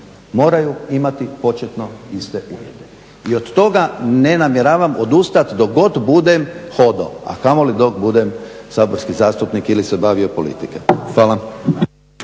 moraju imati početno iste uvjete. I od toga ne namjeravam odustati dok god budem hodo, a kamoli dok budem saborski zastupnik ili se bavio politikom. Hvala.